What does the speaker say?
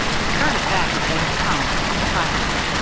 they started back as they had come, in silence,